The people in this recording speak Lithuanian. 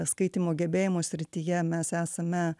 skaitymo gebėjimų srityje mes esame